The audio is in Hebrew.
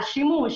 על שימוש,